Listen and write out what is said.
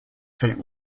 saint